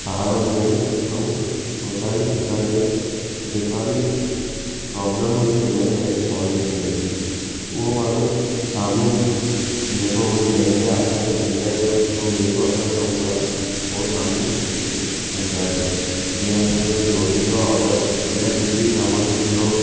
सहारो ॾिनई ऐं हुतां ई असांखे जेका बि प्राब्लम हुई हुन करे साल्व थी वेई उहो माण्हू साम्हूं बि जेको हूअ चयनि पिया असांखे समझाए पियो ऐं जेको असां चऊं पिया उहो साम्हूं समझाए पियो जीअं असांखे कुझु रोटीअ जो ऑर्डर या कुझ बि सामान वठिणो